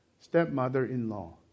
stepmother-in-law